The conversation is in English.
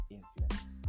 influence